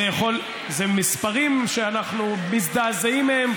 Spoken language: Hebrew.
זה מספרים שאנחנו מזדעזעים מהם,